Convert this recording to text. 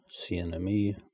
CNME